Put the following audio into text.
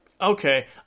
Okay